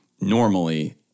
normally